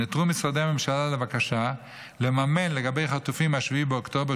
נעתרו משרדי הממשלה לבקשה לממן עבור חטופים מ-7 באוקטובר,